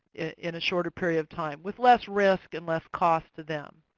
in a shorter period of time, with less risk and less cost to them.